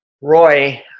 Roy